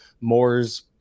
Moore's